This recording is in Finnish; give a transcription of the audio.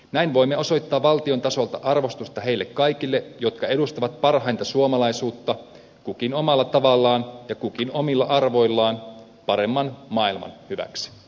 näin voimme osoittaa valtion tasolta arvostusta heille kaikille jotka edustavat parhainta suomalaisuutta kukin omalla tavallaan ja kukin omilla arvoillaan paremman maailman hyväksi